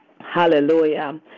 hallelujah